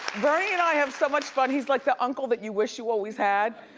bernie and i have so much fun, he's like the uncle that you wish you always had.